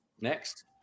next